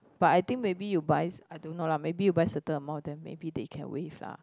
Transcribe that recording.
but I think maybe you buy I don't know lah maybe you buy certain amount then maybe they can waive lah